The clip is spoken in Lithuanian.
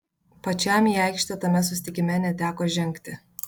pačiam į aikštę tame susitikime neteko žengti